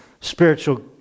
spiritual